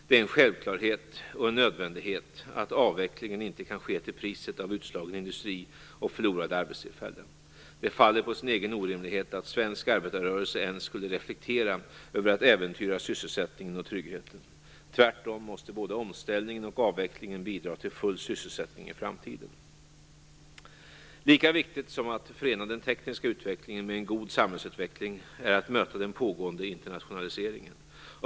Det är en självklarhet och en nödvändighet att avvecklingen inte kan ske till priset av utslagen industri och förlorade arbetstillfällen. Det faller på sin egen orimlighet att svensk arbetarrörelse ens skulle reflektera över att äventyra sysselsättningen och tryggheten. Tvärtom måste både omställningen och avvecklingen bidra till full sysselsättning i framtiden. Lika viktigt som att förena den tekniska utvecklingen med en god samhällsutveckling är att möta den pågående internationaliseringen.